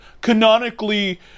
canonically